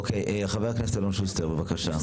אוקיי, חבר הכנסת אלון שוסטר, בבקשה.